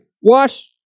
wash